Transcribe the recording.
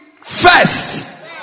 First